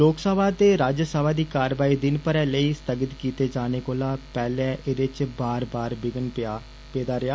लोकसभा ते राज्यसभा दी कारवाई दिन भरै लेई स्थगित कीते जाने कोला पैहले एदे च बार बार विघ्न पेदा रेआ